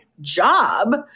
job